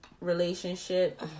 relationship